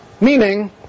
Meaning